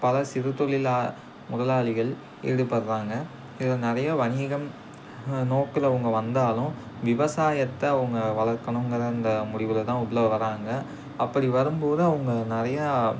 பல சிறுத்தொழிலா முதலாளிகள் ஈடுபடுறாங்க இதில் நிறையா வணிகம் நோக்கில் அவங்க வந்தாலும் விவசாயத்தை அவங்க வளர்க்கணுங்கிற அந்த முடிவில் தான் உள்ள வராங்க அப்படி வரும் போது அவங்க நிறையா